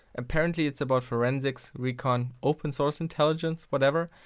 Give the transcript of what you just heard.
apparently it's about forensics, recon, open source intelligence whatever,